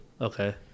Okay